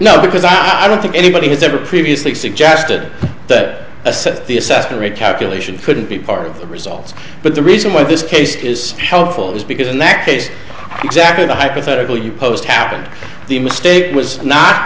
now because i don't think anybody has ever previously suggested that a set the assessed rate calculation couldn't be part of the results but the reason why this case is helpful is because in that case exactly the hypothetical you posed happened the mistake was not